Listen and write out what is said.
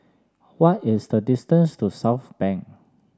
what is the distance to Southbank